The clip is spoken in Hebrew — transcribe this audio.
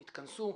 יתכנסו,